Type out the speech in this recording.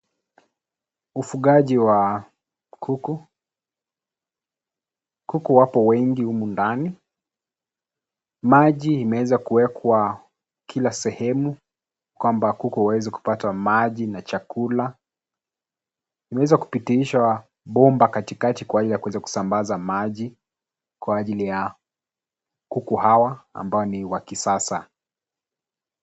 Ufugaji wa kuku. Kuku wapo wengi humu ndani. Maji imeweza kuwekwa kila sehemu, kwamba kuku waweze kupata maji na chakula. Imeweza kupitiishwa bomba katikati kwa ajili ya kuweza kusambaza maji, kwa ajili ya kuku hawa ambao ni wa kisasa.